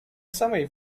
samej